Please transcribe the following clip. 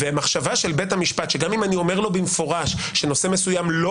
ומחשבה של בית המשפט שגם אם אני אומר לו במפורש שנושא מסוים לא